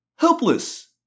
helpless